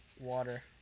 water